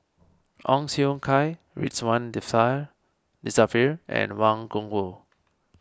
Ong Siong Kai Ridzwan Dzafir and Wang Gungwu